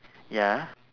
ya